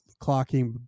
clocking